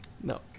No